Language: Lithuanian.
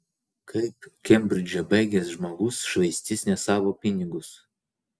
kaip kembridžą baigęs žmogus švaistys ne savo pinigus